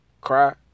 cry